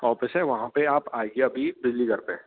office है वहाँ पर आप आइए अभी बिजलीघर पर